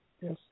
Yes